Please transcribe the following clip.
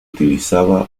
utilizaba